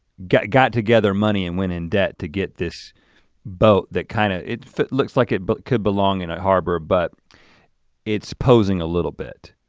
got together money and went in debt to get this boat that kinda, it looks like it but could belong in a harbor but it's posing a little bit.